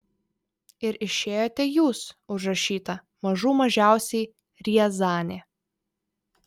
ir išėjote jūs užrašyta mažų mažiausiai riazanė